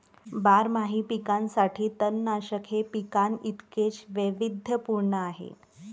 बारमाही पिकांसाठी तणनाशक हे पिकांइतकेच वैविध्यपूर्ण आहे